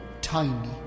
tiny